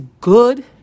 good